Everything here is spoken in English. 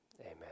Amen